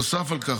נוסף על כך,